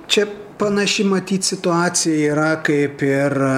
čia panaši matyt situacija yra kaip ir